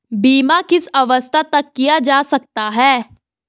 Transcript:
बीमा किस अवस्था तक किया जा सकता है?